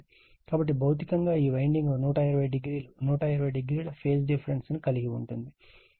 కాబట్టి భౌతికంగా ఈ winding 120o 120o phase difference ను కలిగి ఉంటుంది కాబట్టి మొత్తం 360o అవుతుంది